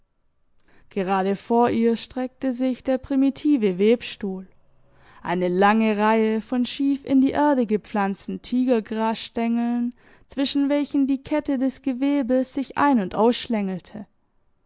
gerade vor ihr streckte sich der primitive webstuhl eine lange reihe von schief in die erde gepflanzten tigergrasstengeln zwischen welchen die kette des gewebes sich ein und